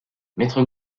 maître